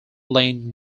lane